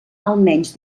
almenys